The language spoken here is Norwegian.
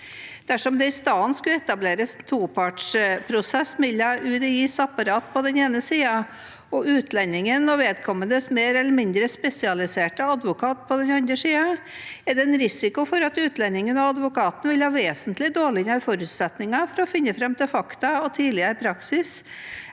Dersom det i stedet skulle etableres en topartsprosess mellom UDIs apparat på den ene siden og utlendingen og vedkommendes mer eller mindre spesialiserte advokat på den andre siden, er det en risiko for at utlendingen og advokaten vil ha vesentlig dårligere forutsetninger for å finne fram til fakta og tidligere praksis